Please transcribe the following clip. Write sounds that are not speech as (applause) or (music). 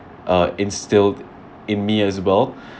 uh instilled in me as well (breath)